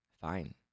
fine